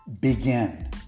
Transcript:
begin